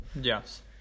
Yes